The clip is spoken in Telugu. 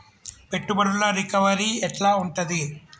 పెట్టుబడుల రికవరీ ఎట్ల ఉంటది?